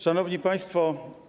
Szanowni Państwo!